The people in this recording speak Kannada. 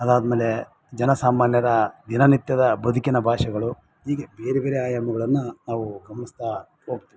ಅದಾದಮೇಲೆ ಜನ ಸಾಮಾನ್ಯರ ದಿನ ನಿತ್ಯದ ಬದುಕಿನ ಭಾಷೆಗಳು ಈಗೆ ಬೇರೆ ಬೇರೆ ಆಯಾಮಗಳನ್ನ ನಾವು ಗಮನಿಸ್ತಾ ಹೋಗ್ತಿವಿ